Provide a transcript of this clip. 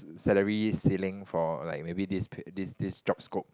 salary ceiling for like maybe this this this job scope